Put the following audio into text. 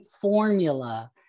formula